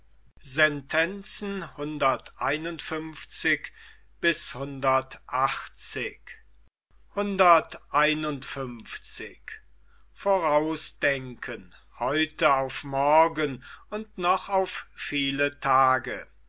ist heute auf morgen und noch auf viele tage